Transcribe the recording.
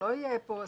שלא יהיה פה ספק.